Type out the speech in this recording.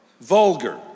vulgar